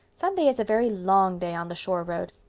sunday is a very long day on the shore road.